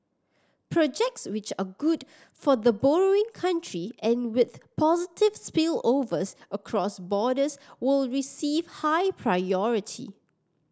projects which are good for the borrowing country and with positive spillovers across borders will receive high priority